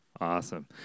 Awesome